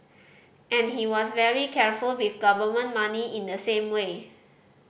and he was very careful with government money in the same way